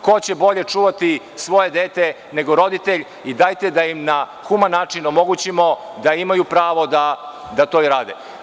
Ko će bolje čuvati svoje dete, nego roditelj i dajte da im na human način omogućimo da imaju pravo da to i rade.